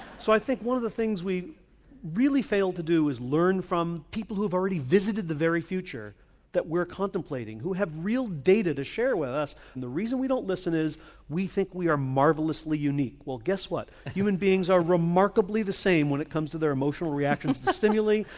so i think one of the things we really fail to do is learn from people who've already visited the very future that we're contemplating, who have real data to share with us and the reason we don't listen is we think we are marvellously unique. well guess what, human beings are remarkably the same when it comes to their emotional reactions to stimuli,